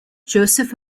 joseph